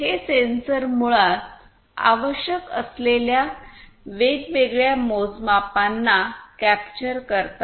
हे सेन्सर्स मुळात आवश्यक असलेल्या वेगवेगळ्या मोजमापांना कॅप्चर करतात